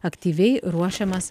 aktyviai ruošiamas